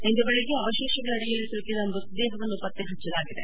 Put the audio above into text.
ಇಂದು ಬೆಳಿಗ್ಗೆ ಅವಶೇಷಗಳ ಅಡಿಯಲ್ಲಿ ಸಿಲುಕಿದ ಮೃತ ದೇಹವನ್ನು ಪತ್ತೆ ಹಚ್ಚಲಾಗಿದೆ